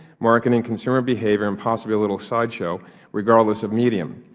marketing consumer behavior and possibly a little side show regardless of medium.